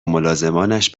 ملازمانش